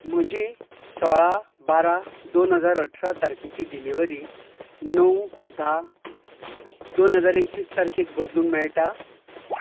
म्हजी सोळा बारा दोन हजार अठरा तारकेची डिलिव्हरी णव धा दोन हजार एकवीस तारकेक बदलूंक मेयटा